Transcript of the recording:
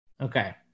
Okay